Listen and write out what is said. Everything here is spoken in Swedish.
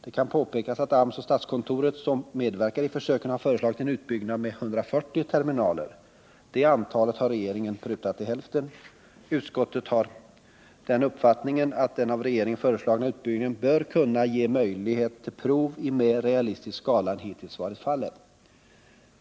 Det kan påpekas att AMS och statskontoret, som medverkar i försöken, har föreslagit en utbyggnad med 140 terminaler. Det antalet har regeringen prutat till hälften. Utskottet har den uppfattningen att den av regeringen föreslagna utbyggnaden bör kunna ge möjlighet till prov i mer realistisk skala än hittills varit fallet.